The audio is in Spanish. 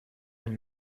del